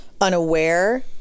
unaware